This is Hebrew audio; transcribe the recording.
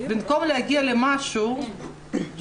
זה במקום להגיע למשהו פרקטי.